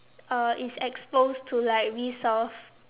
uh it's exposed to like resource